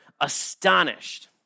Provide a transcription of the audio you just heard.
astonished